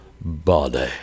body